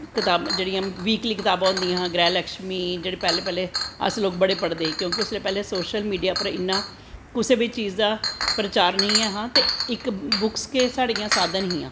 जेह्ड़ियां बीकली कताबां होंदियां हां ग्रैहलक्ष्मी च में जेह्ड़े पैह्लें पैह्लें अस बड़ा पढ़दे कि पैह्लैं सोशल मिडिया पर इन्ना कुसै बी चीज़ दा प्रचार नेंई ऐहा ते इक बुक्स गै साढ़ियां साधन हियां